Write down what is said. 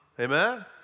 Amen